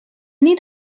need